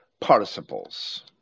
participles